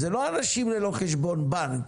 אלה לא אנשים ללא חשבון בנק,